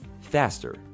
faster